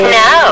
no